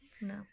No